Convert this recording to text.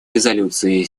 резолюции